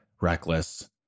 reckless